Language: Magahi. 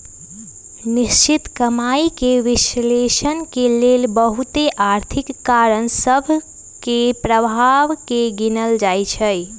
निश्चित कमाइके विश्लेषण के लेल बहुते आर्थिक कारण सभ के प्रभाव के गिनल जाइ छइ